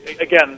again